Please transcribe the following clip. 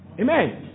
Amen